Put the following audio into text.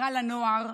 רע לנוער,